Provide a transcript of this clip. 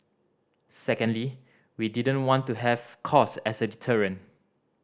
secondly we didn't want to have cost as a deterrent